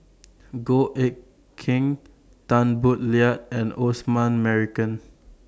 Goh Eck Kheng Tan Boo Liat and Osman Merican